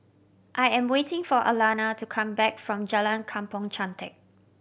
I am waiting for Alana to come back from Jalan Kampong Chantek